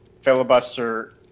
filibuster